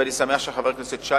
ואני שמח שחבר הכנסת שי,